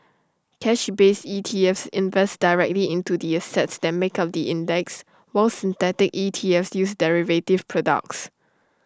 cash based ETFs invest directly into the assets that make up the index while synthetic ETFs use derivative products